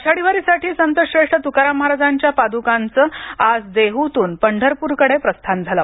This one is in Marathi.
आषाढी वारीसाठी संतश्रेष्ठ तुकाराम महाराजांच्या पादुकांच आज देहूतून पंढरपूरकडे प्रस्थान झाल